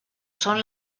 son